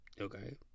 okay